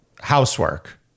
housework